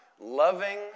loving